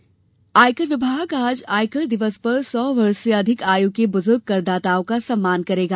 आयकर सम्मान आयकर विभाग आज आयकर दिवस पर सौ वर्ष से अधिक आयु के बुजुर्ग करदाताओं का सम्मान करेगा